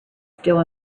still